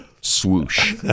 swoosh